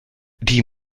die